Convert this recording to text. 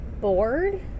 bored